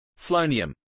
flonium